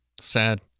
Sad